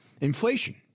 inflation